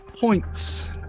points